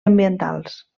ambientals